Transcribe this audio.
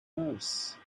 nurse